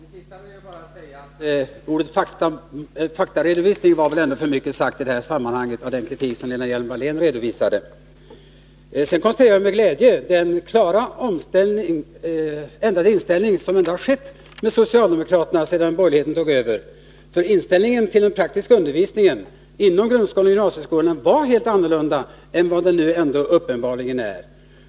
Herr talman! Till det sista vill jag bara säga: Det är väl ändå för mycket att använda ordet ”faktaredovisning” om den kritik som Lena Hjelm-Wallén redovisade. Jag noterar sedan med glädje den klart ändrade inställning som socialdemokraterna intagit sedan borgerligheten tog över. Inställningen till den praktiska utbildningen inom grundskolan och gymnasieskolan var ju helt annorlunda än vad den nu uppenbarligen är.